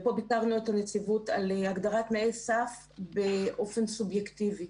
ופה ביקרנו את הנציבות על הגדרת תנאי סף באופן סובייקטיבי.